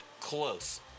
close